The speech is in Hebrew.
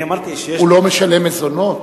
הוא לא משלם מזונות?